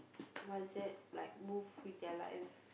what's that like move with their life